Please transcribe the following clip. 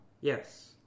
Yes